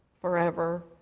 forever